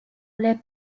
les